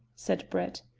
said brett.